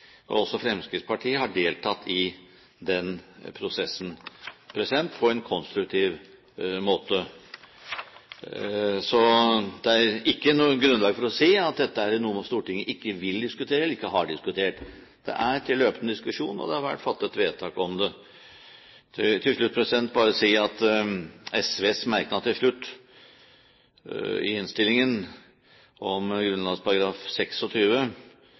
konstruktiv måte. Så det er ikke grunnlag for å si at dette er noe Stortinget ikke vil diskutere eller ikke har diskutert. Det er til løpende diskusjon, og det har vært fattet vedtak om det. Til slutt vil jeg bare si at SVs merknad til slutt i innstillingen, om